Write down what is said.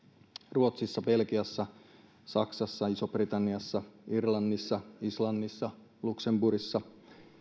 ruotsissa belgiassa saksassa isossa britanniassa irlannissa islannissa luxemburgissa